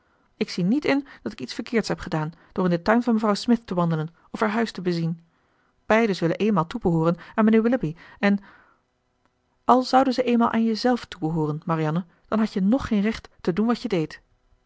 ik zie niet in dat ik iets verkeerds heb gedaan door in den tuin van mevrouw smith te wandelen of haar huis te bezien beiden zullen eenmaal toebehooren aan mijnheer willoughby en al zouden ze eenmaal aan jezelf toebehooren marianne dan hadt je nog geen recht te doen wat je deedt